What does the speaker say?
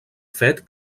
fet